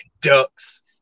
ducks